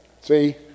See